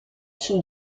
sous